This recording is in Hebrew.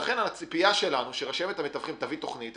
לכן הציפייה שלנו היא שרשמת המתווכים תביא תכנית.